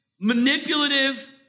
manipulative